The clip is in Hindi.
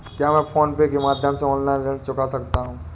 क्या मैं फोन पे के माध्यम से ऑनलाइन ऋण चुका सकता हूँ?